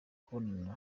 kubonana